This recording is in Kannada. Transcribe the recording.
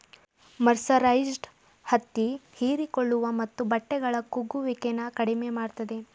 ಮರ್ಸರೈಸ್ಡ್ ಹತ್ತಿ ಹೀರಿಕೊಳ್ಳುವ ಮತ್ತು ಬಟ್ಟೆಗಳ ಕುಗ್ಗುವಿಕೆನ ಕಡಿಮೆ ಮಾಡ್ತದೆ